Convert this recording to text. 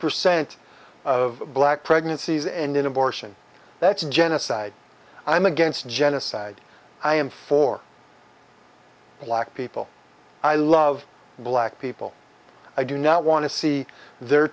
percent of black pregnancies end in abortion that's genocide i'm against genocide i am for black people i love black people i do not want to see their